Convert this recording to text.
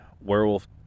werewolf